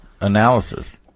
analysis